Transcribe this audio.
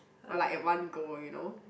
or like at one go you know